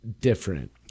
different